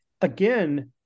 again